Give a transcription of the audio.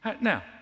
Now